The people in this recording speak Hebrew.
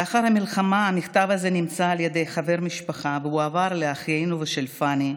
לאחר המלחמה המכתב הזה נמצא על ידי חבר משפחה והועבר לאחים של פאני,